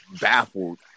baffled